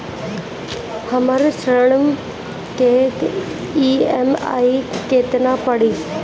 हमर ऋण के ई.एम.आई केतना पड़ी?